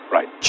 Right